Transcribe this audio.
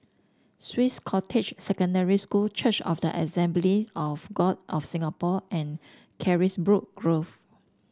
Swiss Cottage Secondary School Church of the Assemblies of God of Singapore and Carisbrooke Grove